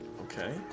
okay